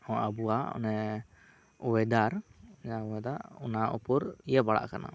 ᱟᱵᱚᱣᱟᱜ ᱚᱱᱮ ᱚᱭᱮᱫᱟᱨ ᱚᱱᱟ ᱩᱯᱚᱨ ᱤᱭᱟᱹ ᱯᱟᱲᱟᱜ ᱠᱟᱱᱟ